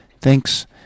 Thanks